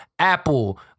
Apple